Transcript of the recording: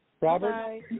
Robert